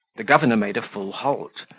the governor made a full halt,